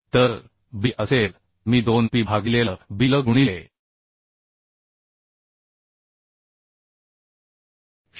तर b असेल मी 2 P भागिले L b L गुणिले 0